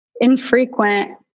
infrequent